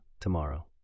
tomorrow